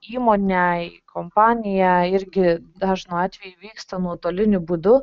įmonę į kompaniją irgi dažnu atveju vyksta nuotoliniu būdu